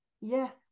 yes